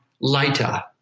later